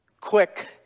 quick